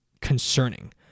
concerning